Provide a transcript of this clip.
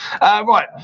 Right